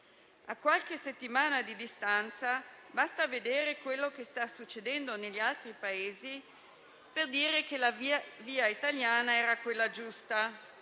A qualche settimana di distanza, basta vedere quello che sta succedendo negli altri Paesi per dire che la via italiana era quella giusta.